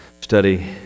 study